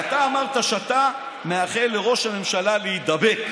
ואתה אמרת שאתה מאחל לראש הממשלה להידבק.